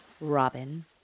Robin